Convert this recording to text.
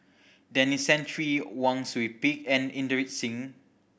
Denis Santry Wang Sui Pick and Inderjit Singh